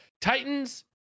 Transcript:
Titans